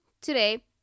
today